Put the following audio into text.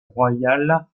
royal